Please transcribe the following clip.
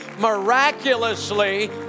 miraculously